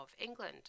England